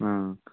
ꯑꯪ